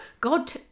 God